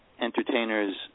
entertainers